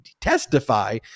testify